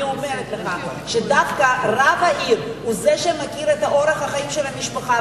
אני אומרת לך שדווקא רב העיר הוא זה שמכיר את אורח החיים של המשפחה,